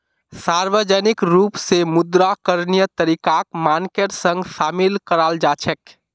सार्वजनिक रूप स मुद्रा करणीय तरीकाक मानकेर संग शामिल कराल जा छेक